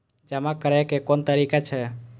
जमा करै के कोन तरीका छै?